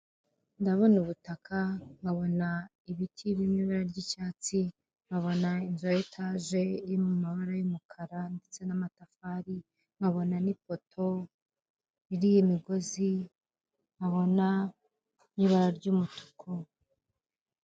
Ndabona ubutaka, nkabonaibiti biri mu ibara ry'icyatsi, nkabona inzu ya etaje iri mu mabara y'umukara ndetse n'amatafari, nkabona n'ipoto iriho imigozi, nkabona n'ibara ry'umutuku.